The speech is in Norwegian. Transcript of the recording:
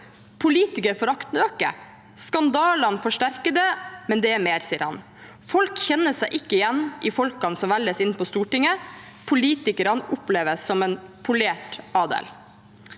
«Politikerforakten øker. Skandalene forsterker det, men det er mer. Folk her kjenner oss ikke igjen i folkene som velges inn på Stortinget.» Og videre: «Politikerne oppleves som en polert adel.»